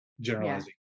generalizing